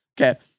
Okay